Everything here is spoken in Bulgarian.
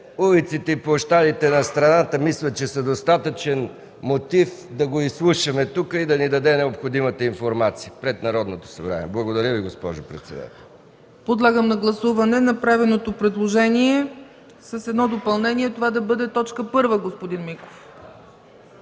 улиците и площадите на страната са достатъчен мотив да го изслушаме и да даде необходимата информация пред Народното събрание. Благодаря Ви, госпожо председател. ПРЕДСЕДАТЕЛ ЦЕЦКА ЦАЧЕВА: Подлагам на гласуване направеното предложение с допълнението това да бъде точка първа, господин Миков.